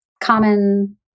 common